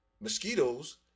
Mosquitoes